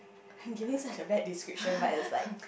I'm giving such a bad description but it's like